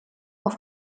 auf